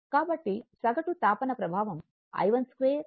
కాబట్టి సగటు తాపన ప్రభావం i12 I22